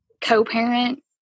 Co-parent